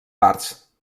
parts